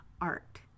art